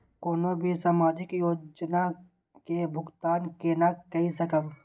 कोनो भी सामाजिक योजना के भुगतान केना कई सकब?